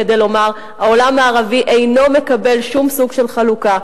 כדי לומר: העולם הערבי אינו מקבל שום סוג של חלוקה.